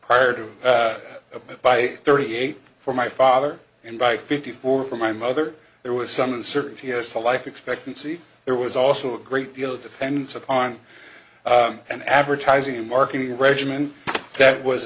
prior to that by thirty eight for my father and by fifty four for my mother there was some uncertainty as to life expectancy there was also a great deal depends upon an advertising and marketing regimen that was